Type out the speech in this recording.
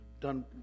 done